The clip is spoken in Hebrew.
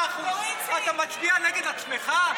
8%, אתה מצביע נגד עצמך?